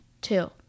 Two